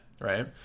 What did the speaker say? right